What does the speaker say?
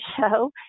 show